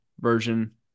version